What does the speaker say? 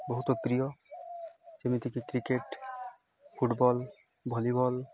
ବହୁତ ପ୍ରିୟ ଯେମିତିକି କ୍ରିକେଟ୍ ଫୁଟବଲ୍ ଭଲିବଲ୍